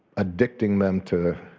addicting them to